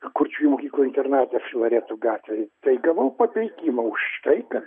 kurčiųjų mokykloj internate filaretų gatvėj tai gavau papeikimą už tai kad